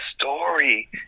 story